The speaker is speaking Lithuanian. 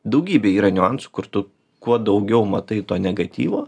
daugybė yra niuansų kur tu kuo daugiau matai to negatyvo